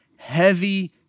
heavy